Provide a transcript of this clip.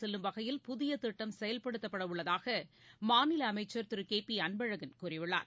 செல்லும் வகையில் புதிய திட்டம் செயல்படுத்தப்படவுள்ளதாக மாநில அமைச்சர் திரு கே பி அன்பழகன் கூறியுள்ளார்